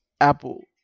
Apple